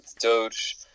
Doge